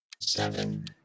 seven